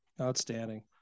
outstanding